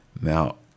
Now